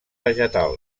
vegetal